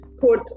put